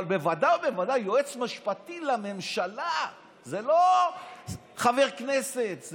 אבל בוודאי ובוודאי יועץ משפטי לממשלה זה לא חבר כנסת,